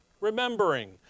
remembering